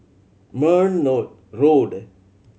Merryn Road